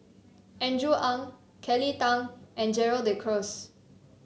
Andrew Ang Kelly Tang and Gerald De Cruz